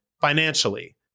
financially